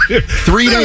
three